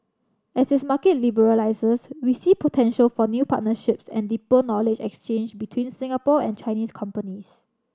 as its market liberalises we see potential for new partnerships and deeper knowledge exchange between Singapore and Chinese companies